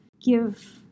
give